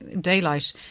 daylight